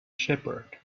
shepherd